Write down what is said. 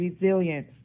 resilience